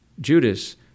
Judas